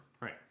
Right